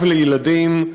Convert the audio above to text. אב לילדים,